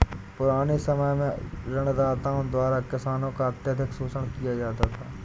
पुराने समय में ऋणदाताओं द्वारा किसानों का अत्यधिक शोषण किया जाता था